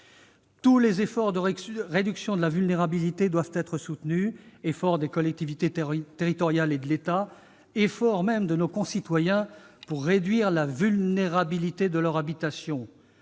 Tous les efforts de réduction de la vulnérabilité doivent être soutenus : efforts des collectivités territoriales et de l'État, efforts de nos concitoyens eux-mêmes pour réduire la vulnérabilité de leurs habitations.